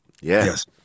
yes